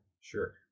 Sure